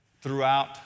throughout